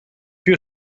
you